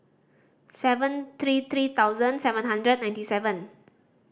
seven three three thousand seven hundred ninety seven